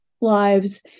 lives